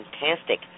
fantastic